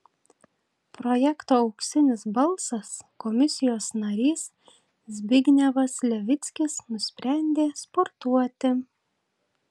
projekto auksinis balsas komisijos narys zbignevas levickis nusprendė sportuoti